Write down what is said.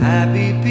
Happy